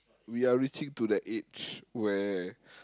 we are reaching to the age where